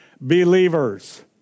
believers